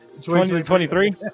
2023